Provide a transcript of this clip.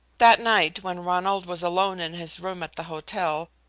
that night, when ronald was alone in his room at the hotel,